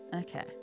Okay